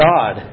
God